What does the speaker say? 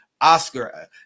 oscar